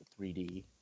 3D